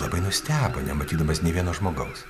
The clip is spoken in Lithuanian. labai nustebo nematydamas nė vieno žmogaus